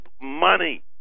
money